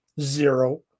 Zero